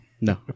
No